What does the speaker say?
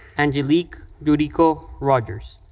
angelique yuriko rogers.